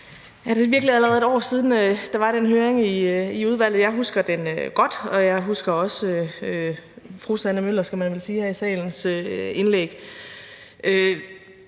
Er det virkelig allerede et år siden, at der var den høring i udvalget? Jeg husker den godt, og jeg husker også fru Sanne Møllers – det skal man vel sige her i salen – indlæg.